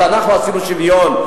אז אנחנו עשינו שוויון.